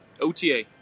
OTA